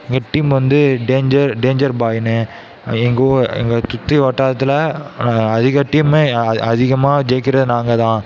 எங்கள் டீம் வந்து danger danger பாய்ன்னு எங்கள் ஊர் எங்கள் சுற்றி வட்டாரத்தில் நாங்கள் அதிக டீம் அதிகமாக ஜெயிக்கிற நாங்கள் தான்